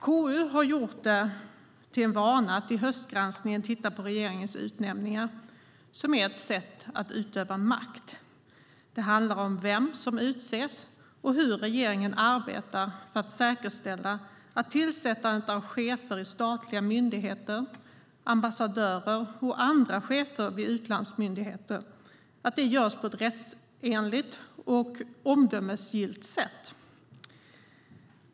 KU har gjort det till en vana att vid höstgranskningen titta på regeringens utnämningar, som är ett sätt att utöva makt. Det handlar om vem som utses och om hur regeringen arbetar för att säkerställa att tillsättandet av chefer i statliga myndigheter och av ambassadörer och andra chefer vid utlandsmyndigheter görs på ett rättsenligt och omdömesgillt sätt.